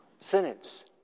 sentence